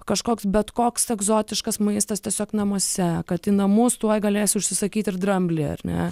kažkoks bet koks egzotiškas maistas tiesiog namuose kad į namus tuoj galėsiu užsisakyti ir dramblį ar ne